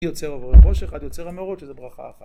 יוצר עבורי חושך עד יוצר המאורות שזה ברכה אחת